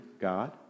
God